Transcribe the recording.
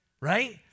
right